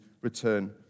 return